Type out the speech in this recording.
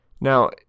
Now